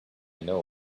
know